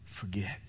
forget